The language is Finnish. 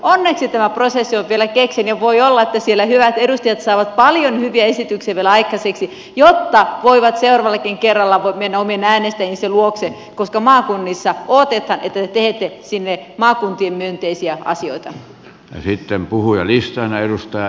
onneksi tämä prosessi on vielä kesken ja voi olla että siellä hyvät edustajat saavat paljon hyviä esityksiä vielä aikaiseksi jotta voivat seuraavallakin kerralla mennä omien äänestäjiensä luokse koska maakunnissa odotetaan että te teette sinne maakuntiin myönteisiä asioita